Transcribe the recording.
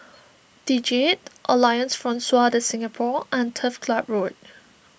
the Jade Alliance Francaise De Singapour and Turf Club Road